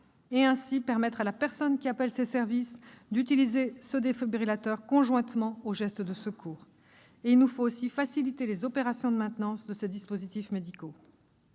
afin que la personne qui appelle ces services puisse utiliser le défibrillateur conjointement aux gestes de secours, mais aussi de faciliter les opérations de maintenance de ces dispositifs médicaux.